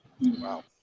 wow